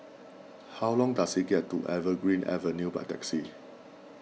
how long does it get to Evergreen Avenue by taxi